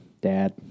Dad